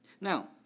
Now